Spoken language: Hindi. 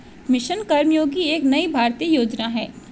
मिशन कर्मयोगी एक नई भारतीय योजना है